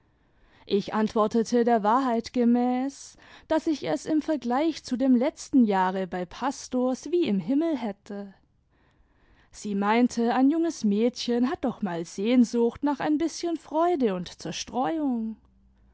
ich ant wortete der wahrheit gemäß daß ich es im vergleich zu dem letzten jahre bei pastors wie im himmel hätte sie meinte ein junges mädchen hat doch mal sehnsucht nach ein bißchen freude imd zerstreuung